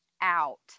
out